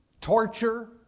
torture